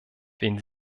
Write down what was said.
wenn